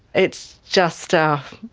it's just ah